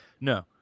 No